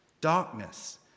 Darkness